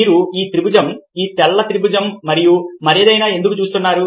మీరు ఈ త్రిభుజం ఈ తెల్ల త్రిభుజం మరియు మరేదైనా ఎందుకు చూస్తున్నారు